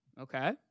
Okay